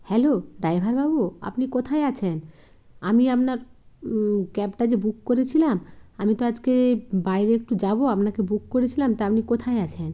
hello ড্রাইভারবাবু আপনি কোথায় আছেন আমি আপনার ক্যাবটা যে বুক করেছিলাম আমি তো আজকে বাইরে একটু যাব আপনাকে বুক করেছিলাম তা আপনি কোথায় আছেন